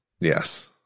Yes